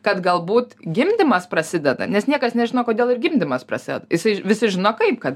kad galbūt gimdymas prasideda nes niekas nežino kodėl ir gimdymas prasideda jisai visi žino kaip kad